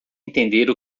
entender